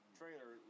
trailer